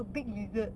a big lizard